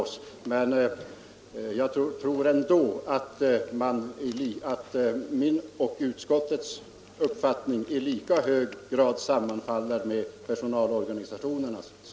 Jag tror emellertid att min och utskottets uppfattning i lika hög grad som herr Ringabys sammanfaller med personalorganisationens.